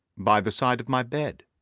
by the side of my bed.